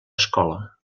escola